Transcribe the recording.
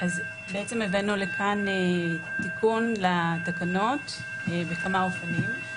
בעצם הבאנו לכאן תיקון לתקנות, בכמה אופנים.